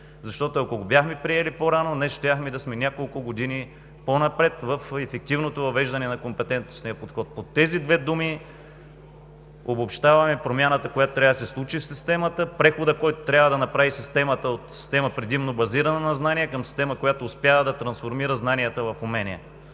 Защото, ако го бяхме приели по-рано, днес щяхме да сме няколко години по-напред в ефективното въвеждане на компетентностния подход. Под тези две думи обобщаваме промяната, която трябва да се случи в системата, преходът, който трябва да направи системата – от система, предимно базирана на знания, към система, която успява да трансформира знанията в умения.